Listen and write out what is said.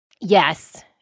Yes